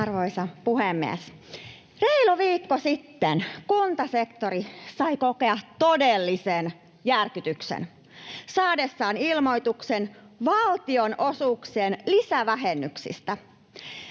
Arvoisa puhemies! Reilu viikko sitten kuntasektori sai kokea todellisen järkytyksen saadessaan ilmoituksen valtionosuuksien lisävähennyksistä.